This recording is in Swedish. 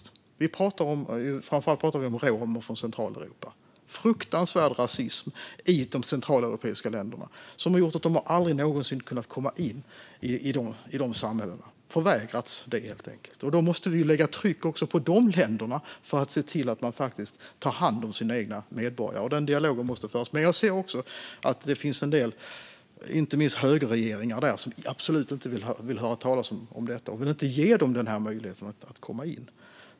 Framför allt pratar vi om romer från Centraleuropa. Det är en fruktansvärd rasism i de centraleuropeiska länderna som har gjort att de aldrig någonsin har kunnat komma in i de samhällena. De har helt enkelt förvägrats det. Då måste vi sätta tryck på de länderna för att se till att de faktiskt tar hand om sina egna medborgare. Den dialogen måste föras. Men jag ser också att det finns en del, inte minst högerregeringar, som absolut inte vill höra talas om detta och som inte vill ge dem möjligheten att komma in.